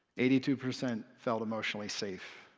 eighty-two percent felt emotionally safe.